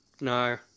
No